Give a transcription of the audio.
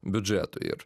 biudžetui ir